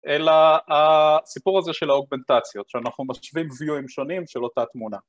אלא הסיפור הזה של האוגמנטציות, שאנחנו משווים viewים שונים של אותה תמונה